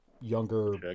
younger